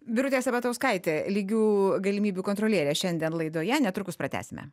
birutė sabatauskaitė lygių galimybių kontrolierė šiandien laidoje netrukus pratęsime